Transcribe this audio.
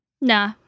Nah